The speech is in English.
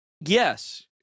Yes